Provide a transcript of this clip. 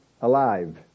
alive